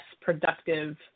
productive